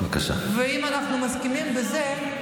ואם אנחנו מסכימים בזה,